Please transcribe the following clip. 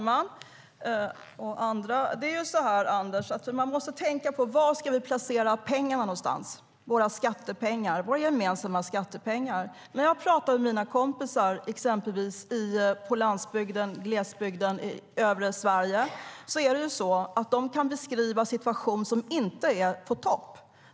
Herr talman och andra! Man måste tänka på, Anders: Var ska vi placera pengarna någonstans? Det är våra gemensamma skattepengar. När jag pratar med mina kompisar exempelvis på landsbygden i glesbygden i övre Sverige kan de beskriva en situation som inte är på topp.